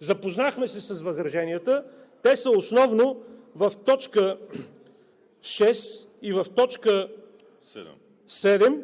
Запознахме се с възраженията, а те са основно в т. 6 и т. 7,